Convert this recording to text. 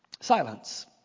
Silence